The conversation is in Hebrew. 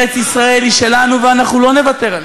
ארץ-ישראל היא שלנו, ואנחנו לא נוותר עליה.